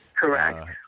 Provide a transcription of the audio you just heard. Correct